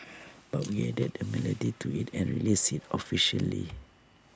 but we added the melody to IT and released IT officially